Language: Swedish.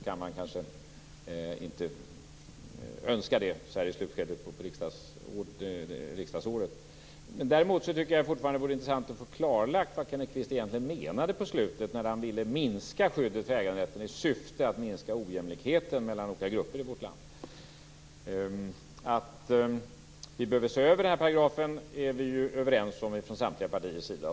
Jag tror kanske inte att kammaren önskar det så här i slutskedet av riksdagsåret. Däremot tycker jag fortfarande att det vore intressant att få klarlagt vad Kenneth Kvist egentligen menade på slutet när han ville minska skyddet för äganderätten i syfte att minska ojämlikheten mellan olika grupper i vårt land. Att vi behöver se över den här paragrafen är vi ju överens om från samtliga partiers sida.